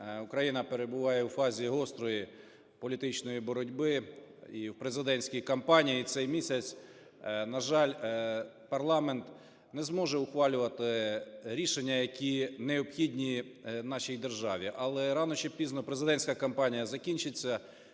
України перебуває в фазі гострої політичної боротьби і в президентській кампанії. Цей місяць, на жаль, парламент не зможе ухвалювати рішення, які необхідні нашій державі. Але рано чи пізно президентська кампанія закінчиться